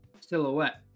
silhouette